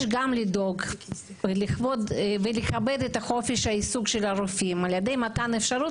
יש גם לדאוג ולכבד את חופש העיסוק של הרופאים על ידי מתן אפשרות